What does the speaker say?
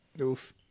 Oof